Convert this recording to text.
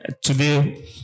Today